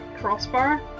crossbar